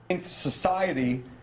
society